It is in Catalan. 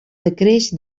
decreix